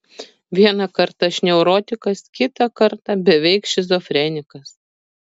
vieną kartą aš neurotikas kitą kartą beveik šizofrenikas